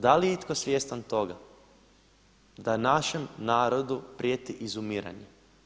Da li je itko svjestan toga da našem narodu prijeti izumiranje?